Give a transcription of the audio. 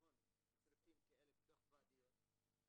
בצריפים כאלה בתוך ואדיות.